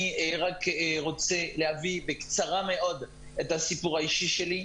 אני רק רוצה להביא בקצרה את הסיפור האישי שלי.